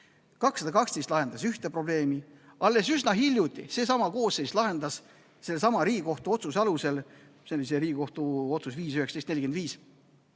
212 lahendas ühte probleemi, alles üsna hiljuti seesama koosseis lahendas Riigikohtu otsuse alusel, see oli Riigikohtu otsus 5-19-45,